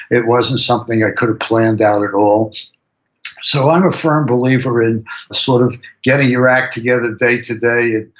it wasn't something i could have planned out at all so i'm a firm believer in sort of getting your act together day to day,